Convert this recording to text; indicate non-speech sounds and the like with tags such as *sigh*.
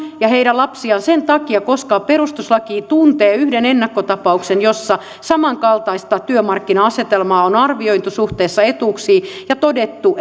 ja heidän lapsiaan tähän mukaan sen takia koska perustuslaki tuntee yhden ennakkotapauksen jossa samankaltaista työmarkkina asetelmaa on arvioitu suhteessa etuuksiin ja todettu *unintelligible*